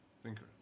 Thinker